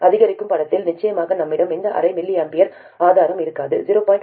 அதிகரிக்கும் படத்தில் நிச்சயமாக நம்மிடம் இந்த அரை mA ஆதாரம் இருக்காது 0